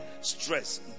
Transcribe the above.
stress